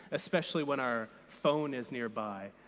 especially when our phone is nearby,